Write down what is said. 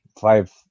five